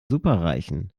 superreichen